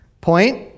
point